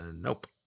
Nope